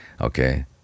okay